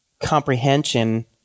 comprehension